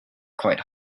quite